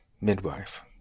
midwife